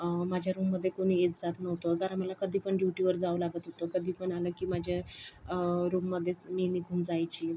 माझ्या रूममध्ये कोणी येत जात नव्हतं कारण मला कधी पण ड्यूटीवर जावं लागत होतं कधी पण आलं की माझ्या रूममध्येच मी निघून जायची